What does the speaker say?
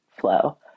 flow